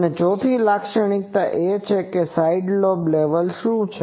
અને ચોથી લાક્ષણિકતા એ છે કે સાઇડ લોબ લેવલ શું છે